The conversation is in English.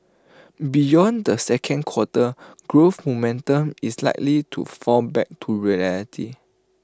beyond the second quarter growth momentum is likely to fall back to reality